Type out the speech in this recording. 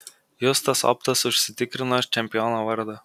justas optas užsitikrino čempiono vardą